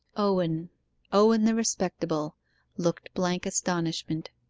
owen owen the respectable looked blank astonishment.